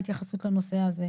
מה ההתייחסות לנושא הזה?